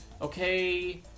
Okay